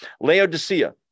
Laodicea